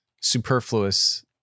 superfluous